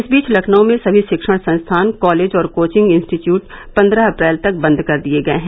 इस बीच लखनऊ में समी शिक्षण संस्थान कॉलेज और कोचिंग इंस्टीट्यूट पन्द्रह अप्रैल तक बंद कर दिए गए हैं